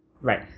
Right